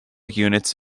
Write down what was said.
units